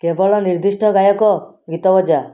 କେବଳ ନିର୍ଦ୍ଦିଷ୍ଟ ଗାୟକ ଗୀତ ବଜା